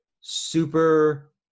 super